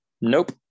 Nope